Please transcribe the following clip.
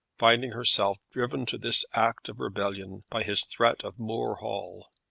finding herself driven to this act of rebellion by his threat of moor hall.